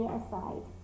aside